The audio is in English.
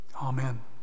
Amen